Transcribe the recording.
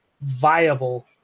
viable